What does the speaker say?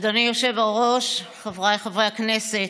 אדוני היושב-ראש, חבריי חברי הכנסת,